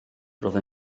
roedd